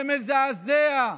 זה מזעזע,